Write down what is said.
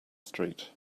street